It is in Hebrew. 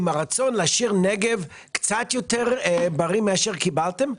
איזה שהוא רצון להשאיר נגב קצת יותר בריא מאשר קיבלתם.